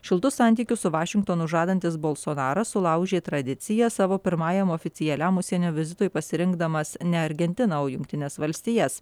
šiltus santykius su vašingtonu žadantis bolsonaras sulaužė tradiciją savo pirmajam oficialiam užsienio vizitui pasirinkdamas ne argentiną o jungtines valstijas